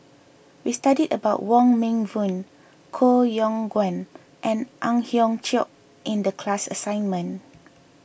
we studied about Wong Meng Voon Koh Yong Guan and Ang Hiong Chiok in the class assignment